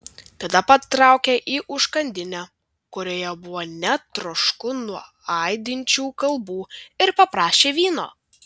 tada patraukė į užkandinę kurioje buvo net trošku nuo aidinčių kalbų ir paprašė vyno